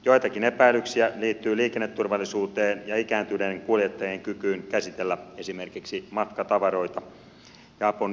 joitakin epäilyksiä liittyy liikenneturvallisuuteen ja ikääntyneen kuljettajan kykyyn käsitellä esimerkiksi matkatavaroita ja apuneuvoja